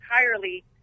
entirely